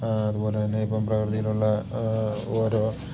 അതുപോലെതന്നെ ഇപ്പം പ്രകൃതിയിലുള്ള ഓരോ